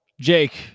Jake